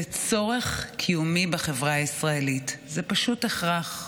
זה צורך קיומי בחברה הישראלית, זה פשוט הכרח.